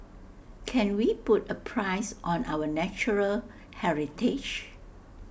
can we put A price on our natural heritage